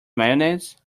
mayonnaise